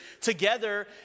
together